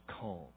calm